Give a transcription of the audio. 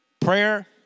prayer